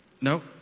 No